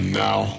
now